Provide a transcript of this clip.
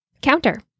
Counter